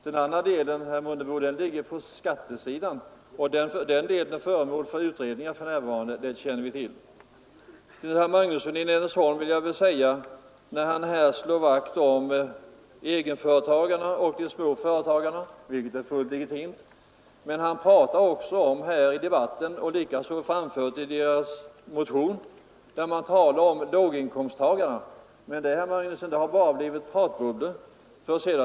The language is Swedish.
Den andra delen, herr Mundebo, gäller skattesidan, och den delen är för närvarande föremål för utredningar. Det känner vi till. Till herr Magnusson i Nennesholm vill jag säga, när han här slår vakt om egenföretagarna och de små företagarna, att det är fullt legitimt. Men han talar i debatten och likaså i motionen om låginkomsttagarna. Det har, herr Magnusson, bara blivit pratbubblor.